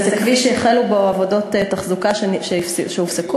וזה כביש שהחלו בו עבודות תחזוקה והן הופסקו?